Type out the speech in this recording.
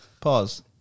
Pause